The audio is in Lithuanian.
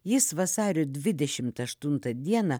jis vasario dvidešimt aštuntą dieną